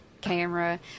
camera